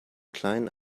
kleinen